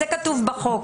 זה כתוב בחוק.